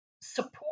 support